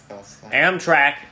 amtrak